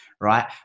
right